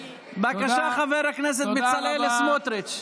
בבקשה, חבר הכנסת בצלאל סמוטריץ'.